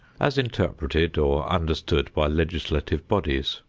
as interpreted or understood by legislative bodies.